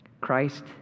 Christ